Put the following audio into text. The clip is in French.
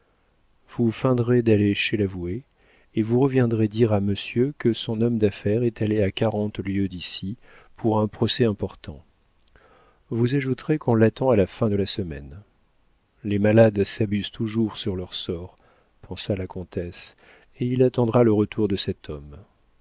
vous feindrez d'aller chez l'avoué et vous reviendrez dire à monsieur que son homme d'affaires est allé à quarante lieues d'ici pour un procès important vous ajouterez qu'on l'attend à la fin de la semaine les malades s'abusent toujours sur leur sort pensa la comtesse et il attendra le retour de cet homme